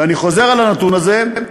ואני חוזר על הנתון הזה,